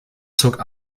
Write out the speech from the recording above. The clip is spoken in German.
zog